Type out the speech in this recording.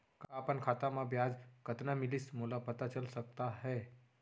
का अपन खाता म ब्याज कतना मिलिस मोला पता चल सकता है?